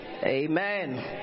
Amen